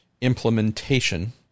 implementation